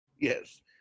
Yes